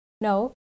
no